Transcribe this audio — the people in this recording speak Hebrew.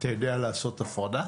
אתה יודע לעשות הפרדה